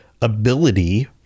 ability